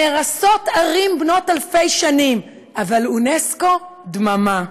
נהרסות ערים בנות אלפי שנים, אבל אונסק"ו, דממה.